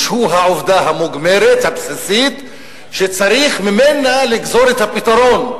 הוא העובדה המוגמרת הבסיסית שצריך ממנה לגזור את הפתרון.